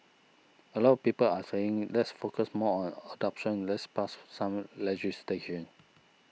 a lot of people are saying let's focus more on adoption let's pass some legislation